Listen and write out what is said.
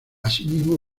asimismo